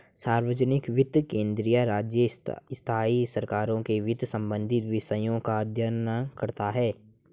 सार्वजनिक वित्त केंद्रीय, राज्य, स्थाई सरकारों के वित्त संबंधी विषयों का अध्ययन करता हैं